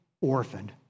orphaned